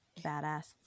badass